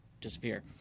disappear